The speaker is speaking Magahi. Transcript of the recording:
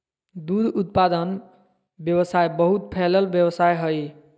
दूध उत्पादन व्यवसाय बहुत फैलल व्यवसाय हइ